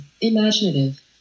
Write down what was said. imaginative